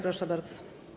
Proszę bardzo.